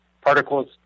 particle's